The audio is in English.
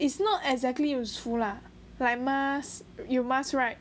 it's not exactly useful lah like masks 有 masks right